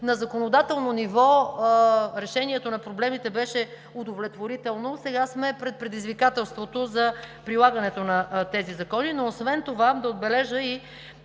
на законодателно ниво решението на проблемите беше удовлетворително. Сега сме пред предизвикателството за прилагането на тези закони. Освен това ще отбележа и